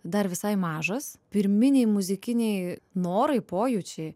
dar visai mažas pirminiai muzikiniai norai pojūčiai